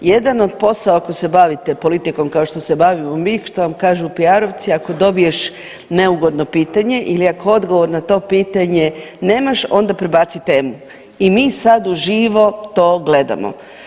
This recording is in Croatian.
Jedan od poslova ako se bavite politikom kao što se bavimo mi što vam kažu piarovci ako dobiješ neugodno pitanje ili ako odgovor na to pitanje nemaš onda prebaci temu i mi sad uživo to gledamo.